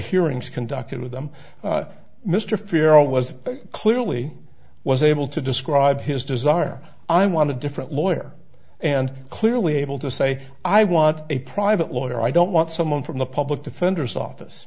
hearings conducted with them mr farrel was clearly was able to describe his desire i wanted different lawyer and clearly able to say i want a private lawyer i don't want someone from the public defender's office